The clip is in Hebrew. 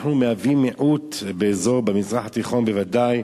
אנחנו מהווים מיעוט, במזרח התיכון בוודאי,